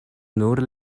nur